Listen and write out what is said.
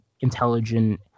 intelligent